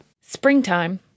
Springtime